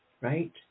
right